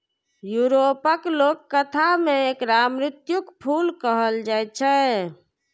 यूरोपक लोककथा मे एकरा मृत्युक फूल कहल जाए छै